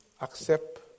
accept